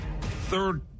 third